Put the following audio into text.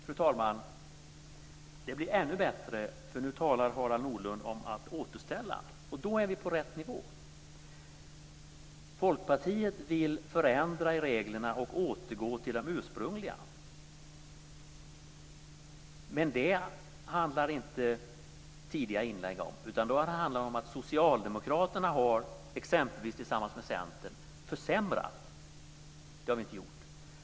Fru talman! Det blir ännu bättre, för nu talar Harald Nordlund om att återställa, och då är vi på rätt nivå. Folkpartiet vill förändra i reglerna och återgå till det ursprungliga. Men det handlade inte tidigare inlägg om, utan då handlade det om att Socialdemokraterna, exempelvis tillsammans med Centern, har försämrat. Det har vi inte gjort.